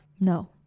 No